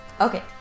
Okay